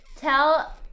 Tell